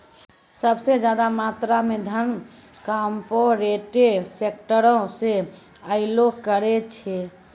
सभ से ज्यादा मात्रा मे धन कार्पोरेटे सेक्टरो से अयलो करे छै